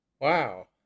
wow